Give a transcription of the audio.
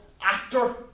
actor